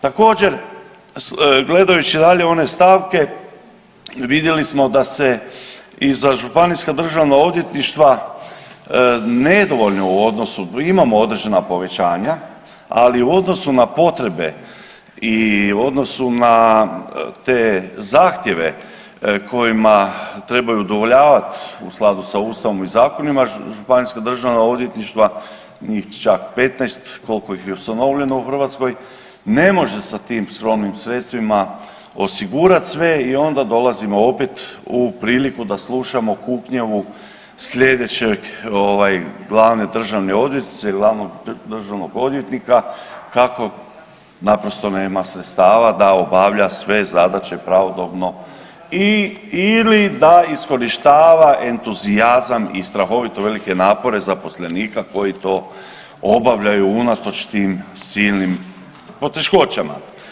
Također gledajući dalje one stavke, vidjeli smo da se i za Županijska državna odvjetništva nedovoljno u odnosu, imamo određena povećanja, ali u odnosu na potrebe i u odnosu na te zahtjeve kojima trebaju udovoljavati u skladu sa Ustavom i zakonima Županijska državna odvjetništva, njih čak 15, koliko ih je ustanovljeno u Hrvatskoj ne može sa tim skromnim sredstvima osigurati sve, i onda dolazimo opet u priliku da slušamo kuknjavu sljedećeg, glavne državne odvjetnice, glavnog državnog odvjetnika kako naprosto nema sredstava da obavlja sve zadaće pravodobno i ili da iskorištava entuzijazam i strahovito velike napore zaposlenika koji to obavljaju unatoč tim silnim poteškoćama.